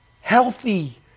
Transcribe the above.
healthy